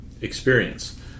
experience